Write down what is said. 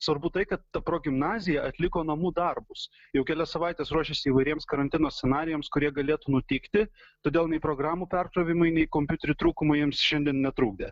svarbu tai kad ta progimnazija atliko namų darbus jau kelias savaites ruošėsi įvairiems karantino scenarijams kurie galėtų nutikti todėl nei programų perkrovimai nei kompiuterių trūkumai jiems šiandien netrukdė